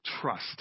trust